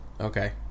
Okay